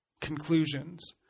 conclusions